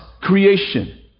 creation